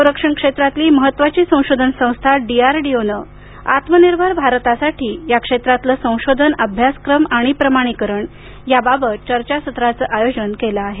संरक्षण क्षेत्रातील महत्त्वाची संशोधन संस्था डीआरडीओनं आत्मनिर्भर भारतासाठी या क्षेत्रातील संशोधन अभ्यासक्रम आणि प्रमाणीकरण याबाबत चर्चासत्र आयोजित केलं आहे